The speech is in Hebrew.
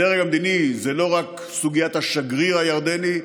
הדרג המדיני זה לא רק סוגיית השגריר הירדני,